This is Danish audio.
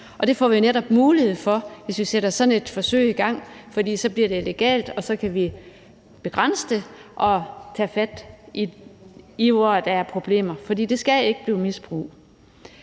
Det får vi netop mulighed for, hvis vi sætter sådan et forsøg i gang, for så bliver det legalt, og så kan vi begrænse det og tage fat, hvor der er problemer. For det skal ikke blive misbrug.